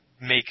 make